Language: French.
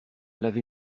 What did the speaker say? lavé